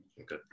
Okay